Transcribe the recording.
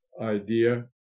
idea